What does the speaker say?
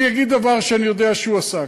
אני אגיד דבר שאני יודע שהוא עשה,